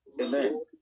Amen